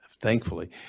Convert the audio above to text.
thankfully